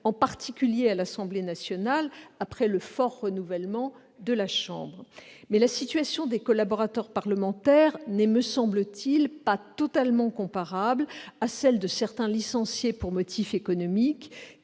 en particulier à l'Assemblée nationale, après le fort renouvellement qu'a subi la Chambre. Néanmoins, la situation des collaborateurs parlementaires n'est, me semble-t-il, pas totalement comparable à celle de certaines personnes licenciées pour motif économique,